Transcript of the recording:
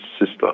sister